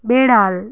বেড়াল